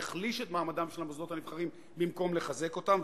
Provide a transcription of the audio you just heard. יחליש את מעמדם של המוסדות הנבחרים במקום לחזק אותם,